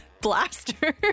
blaster